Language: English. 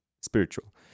spiritual